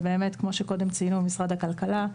כמו שקודם ציין משרד הכלכלה,